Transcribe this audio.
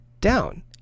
down